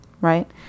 right